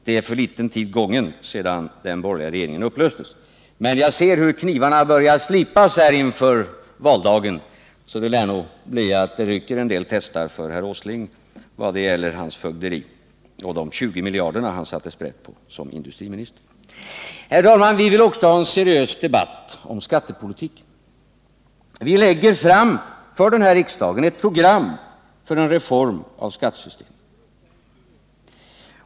Det är för kort tid gången sedan den borgerliga regeringen upplöstes. Men jag ser hur knivarna börjar slipas inför valdagen, så det lär nog ryka en del testar för herr Åsling på grund av hans fögderi och de 20 miljarder som han satte sprätt på som industriminister. | Herr talman! Vi vill också ha en seriös debatt om skattepolitiken. Vi lägger för denna riksdag fram ett program för en reformering av skattesystemet.